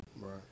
Right